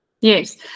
Yes